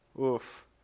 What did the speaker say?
Oof